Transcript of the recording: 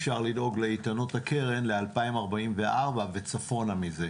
אפשר לדאוג לאיתנות הקרן ב-2044 וצפונה מזה.